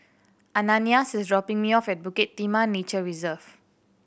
Ananias is dropping me off at Bukit Timah Nature Reserve